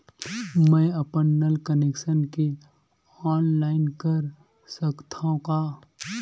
मैं अपन नल कनेक्शन के ऑनलाइन कर सकथव का?